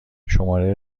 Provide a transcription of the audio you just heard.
شماره